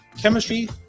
chemistry